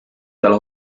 talle